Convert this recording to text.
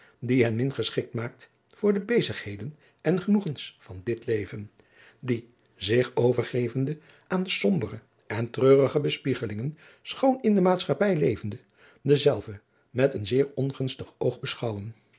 die hen min geschikt maakt voor de bezigheden en genoegens van dit leven die zich overgevende aan sombere en treurige bespiegelingen schoon in de maatschappij levende dezelve met een zeer ongunstig oog beschouwen